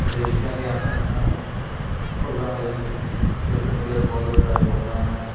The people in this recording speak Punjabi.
ਰਿਸ਼ਤਿਆਂ ਦੀ ਅਹਿਮੀਅਤ ਨੂੰ ਭੁੱਲਣ ਵਿੱਚ ਸ਼ੋਸ਼ਲ ਮੀਡੀਆ ਦਾ ਬਹੁਤ ਵੱਡਾ ਯੋਗਦਾਨ ਹੈ